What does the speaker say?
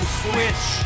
switch